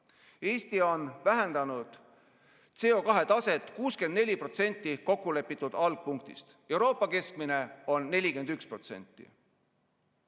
Eesti on vähendanud CO2taset 64% kokkulepitud algpunktist. Euroopa keskmine on 41%.